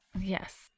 yes